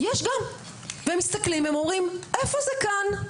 הם מסתכלים ואומרים: "איפה זה כאן?